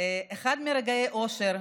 אחד מרגעי האושר,